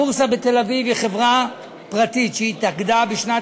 הבורסה בתל-אביב היא חברה פרטית שהתאגדה בשנת